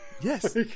yes